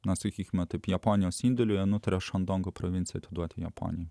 na sakykime taip japonijos indėliui jie nutarė šandongo provinciją atiduoti japonijai